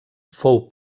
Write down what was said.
fou